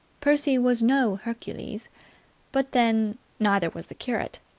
percy was no hercules but then, neither was the curate.